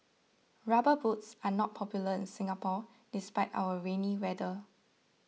rubber boots are not popular in Singapore despite our rainy weather